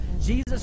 Jesus